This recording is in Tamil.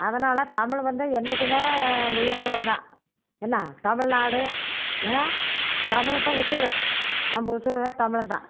அதனால் தமிழ் வந்து என்னைக்குமே உயர்ந்தது தான் என்ன தமிழ்நாடு தமிழ்தான் உசுர் நம்ம உசுர் தான் தமிழ்தான்